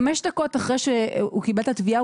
חמש דקות אחרי שהוא קיבל את התביעה,